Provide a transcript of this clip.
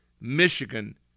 Michigan